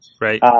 Right